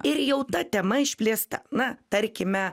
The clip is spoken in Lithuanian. ir jau ta tema išplėsta na tarkime